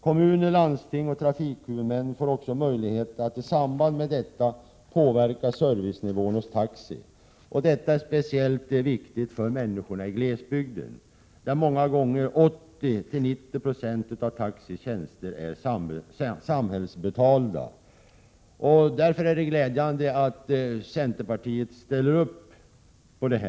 Kommuner, landsting och trafikhuvudmännen får i samband med detta också möjlighet att påverka servicenivån hos taxi. Detta är speciellt viktigt för människorna i glesbygden, där många gånger 80-90 90 av taxis tjänster är betalda av samhället. Det är därför glädjande att centerpartiet ställer upp på detta.